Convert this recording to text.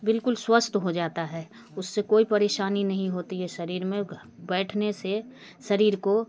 बिल्कुल स्वस्थ हो जाता है उससे कोई परेशानी नहीं होती है शरीर में घर बैठने से शरीर को